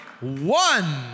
one